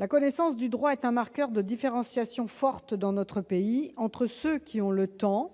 La connaissance du droit est un marqueur fort dans notre pays entre ceux qui ont le temps